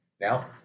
Now